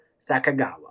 Sakagawa